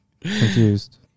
Confused